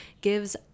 gives